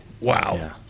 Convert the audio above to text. Wow